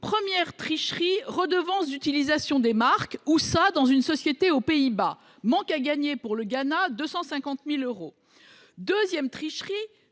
Première tricherie : redevance d’utilisation des marques une société installée aux Pays Bas. Manque à gagner pour le Ghana ? 250 000 euros. Deuxième tricherie